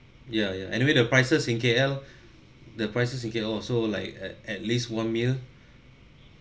ya ya anyway the prices in K_L the prices in K_L also like at at least one mil